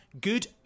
Good